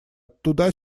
туда